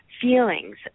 feelings